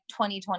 2020